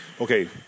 Okay